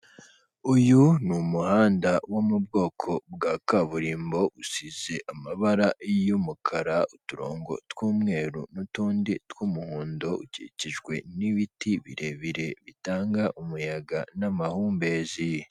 Uyu ni umuhanda wo mu bwoko bwa kaburimbo usize amabara y'umukara, uturongo tw'umweru n'utundi tw'umuhondo ukikijwe n'ibiti birebire bitanga umuyaga n'amahumbezi.